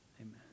Amen